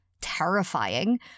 terrifying